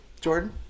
Jordan